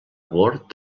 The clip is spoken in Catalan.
bord